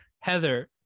Heather